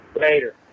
Later